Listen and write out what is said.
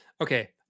okay